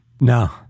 No